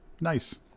nice